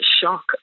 shock